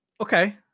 okay